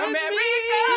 America